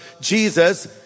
Jesus